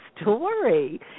story